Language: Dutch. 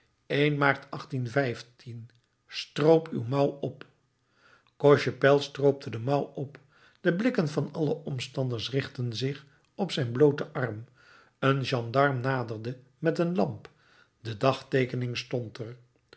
e maart stroop uw mouw op cochepaille stroopte de mouw op de blikken van alle omstanders richtten zich op zijn blooten arm een gendarm naderde met een lamp de dagteekening stond er